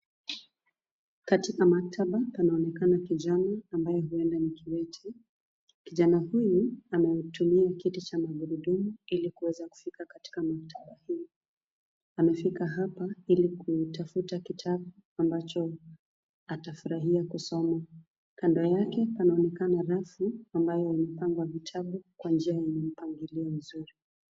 Katika maktaba, panaonekana kijana ambaye huenda ni kiwete. Kijana huyu, ametumia kiti cha magurudumu ili kuweza kufika katika maktaba hii. Amefika hapa, ili kutafuta kitabu ambacho atafurahia kusoma. Kando yake, panaonekana rafu, ambayo imepangwa vitabu kwa njia yenye mpangilio mzuri.